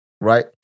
right